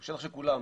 הוא בשטח של כולנו.